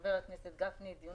חבר הכנסת גפני דיון